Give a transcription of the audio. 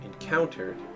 encountered